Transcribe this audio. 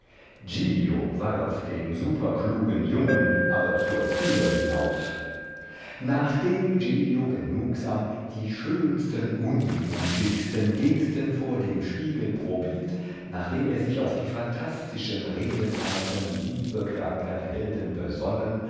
warf den superklugen jungen aber zur türe hinaus nachdem giglio genugsam die schönsten unmutigsten gesten vor dem spiegel probiert nachdem er sich auf die phantastischen redensarten liebekranker helden